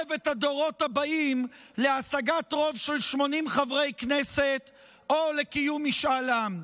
יחייב את הדורות הבאים להשגת רוב של 80 חברי כנסת או לקיום משאל עם?